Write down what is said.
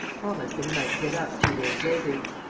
promised that he might get up two days later.